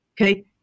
okay